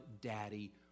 Daddy